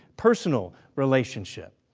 personal relationship.